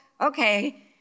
okay